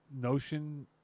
notion